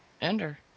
ender